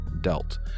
dealt